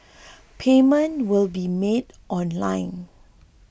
payment will be made online